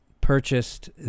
purchased